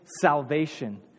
salvation